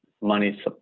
money